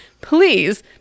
Please